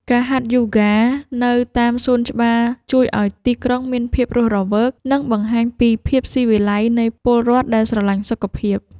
ការហាត់យូហ្គានៅតាមសួនច្បារជួយឱ្យទីក្រុងមានភាពរស់រវើក និងបង្ហាញពីភាពស៊ីវិល័យនៃពលរដ្ឋដែលស្រឡាញ់សុខភាព។